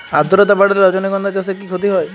আদ্রর্তা বাড়লে রজনীগন্ধা চাষে কি ক্ষতি হয়?